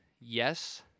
yes